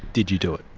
did you do it?